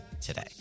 today